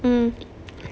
mm